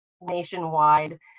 nationwide